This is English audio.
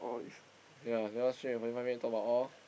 ya cannot straight forty five minute talk about all